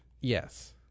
Yes